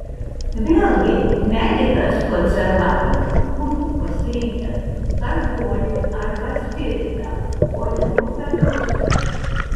vėlgi medikas konservavimui būtų pasirinkęs karbolį arba spiritą o ne rupią druską